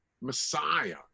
Messiah